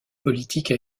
politique